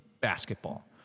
basketball